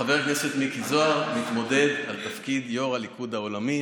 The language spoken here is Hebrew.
חבר הכנסת מיקי זוהר מתמודד על תפקיד יו"ר הליכוד העולמי.